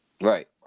Right